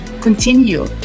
Continue